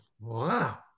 wow